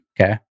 Okay